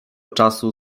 czasu